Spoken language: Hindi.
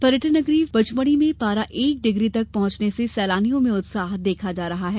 पर्यटन नगरी पचमढ़ी में पारा एक डिग्री तक पहुंचने से सैलानियों में उत्साह देखा जा रहा है